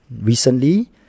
Recently